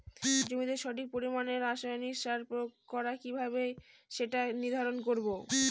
জমিতে সঠিক পরিমাণে রাসায়নিক সার প্রয়োগ করা কিভাবে সেটা নির্ধারণ করব?